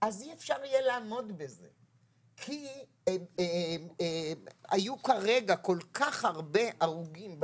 אז אי אפשר יהיה לעמוד בזה כי היו כרגע כל כך הרבה הרוגים,